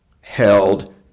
held